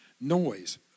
noise